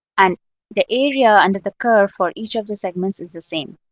and the area under the curve for each of the segments is the same.